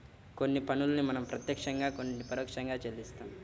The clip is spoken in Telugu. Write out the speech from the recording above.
కొన్ని పన్నుల్ని మనం ప్రత్యక్షంగా కొన్నిటిని పరోక్షంగా చెల్లిస్తాం